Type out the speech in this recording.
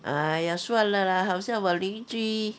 !aiya! 算了啦好像我邻居